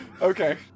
okay